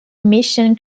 mission